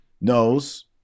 knows